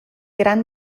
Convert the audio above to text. gran